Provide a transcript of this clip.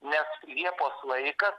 nes liepos laikas